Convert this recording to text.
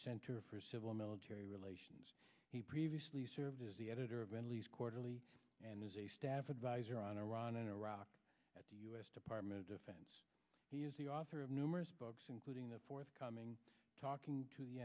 center for civil military relations he previously served as the editor of middle east quarterly and is a staff advisor on iran and iraq at the u s department of defense he is the author of numerous books including the forthcoming talking to the